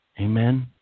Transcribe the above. Amen